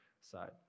side